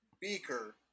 Beaker